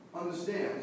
understands